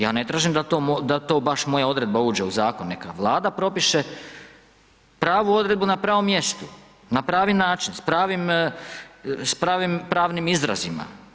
Ja ne tražim da to baš moja odredba uđe u zakon neka Vlada propiše pravu odredbu na pravom mjestu, na pravi način s pravim, s pravim pravnim izrazima.